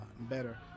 better